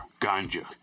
ganja